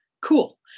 cool